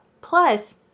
Plus